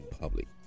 public